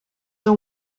are